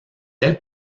ailes